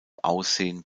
aussehen